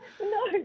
No